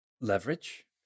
Leverage